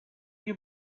you